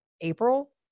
April